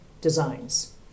Designs